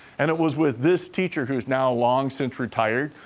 and it was with this teacher who's now long since retired.